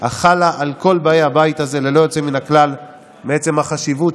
תפסיק להקשות עליהם ולהערים עליהם כל מיני קשיים של